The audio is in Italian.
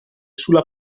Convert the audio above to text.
sulla